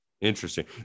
Interesting